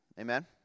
Amen